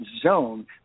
zone